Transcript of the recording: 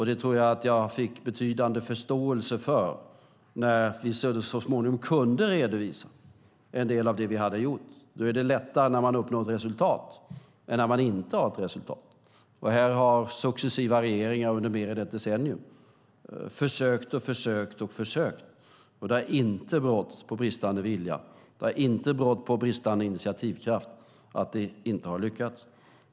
Det tror jag att jag fick betydande förståelse för när vi så småningom kunde redovisa en del av det vi hade gjort. Det är lättare när man har uppnått resultat än när man inte har ett resultat att redovisa. I det här ärendet har regeringar under mer än ett decennium försökt och försökt, och det har inte berott på bristande vilja eller bristande initiativkraft att det inte har lyckats.